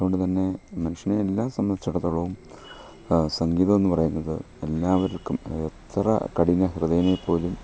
അതുകൊണ്ട് തന്നെ മനുഷ്യനെ എല്ലാം സംബന്ധിച്ചിടത്തോളവും സംഗീതം എന്ന് പറയുന്നത് എല്ലാവർക്കും അതെത്ര കഠിന ഹൃദയനെ പോലും